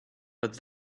but